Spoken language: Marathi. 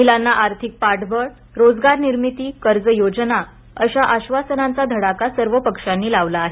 महिलांना आर्थिक पाठबळ रोजगारनिर्मिती कर्जयोजना अश्या आश्वासनांचा धडाका सर्व पक्षांनी लावला आहे